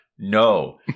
No